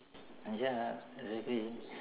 ya exactly